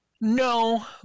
No